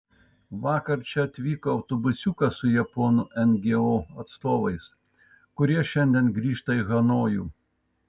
vakar čia atvyko autobusiukas su japonų ngo atstovais kurie šiandien grįžta į hanojų